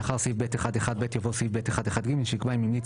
ולאחר סעיף (ב1)(1)(ב) יבוא סעיף (ב1)(1)(ג) שיקבע 'אם המליץ